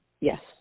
yes